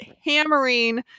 hammering